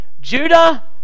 Judah